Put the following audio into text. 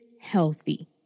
healthy